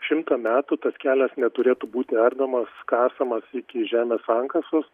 šimtą metų tas kelias neturėtų būti ardomas kasamas iki žemės sankasos